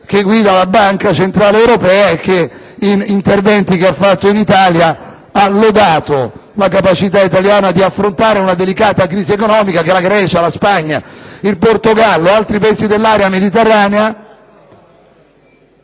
che guida la Banca centrale europea, il quale negli interventi fatti nel nostro Paese ha lodato la capacità italiana di affrontare una delicata crisi economica, che la Grecia, la Spagna, il Portogallo e altri Paesi dell'area mediterranea